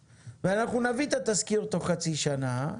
ואנחנו נביא את התזכיר תוך חצי שנה,